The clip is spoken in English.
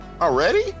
already